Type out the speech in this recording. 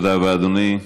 תודה רבה, אדוני.